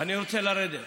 אני רוצה לרדת.